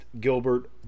Gilbert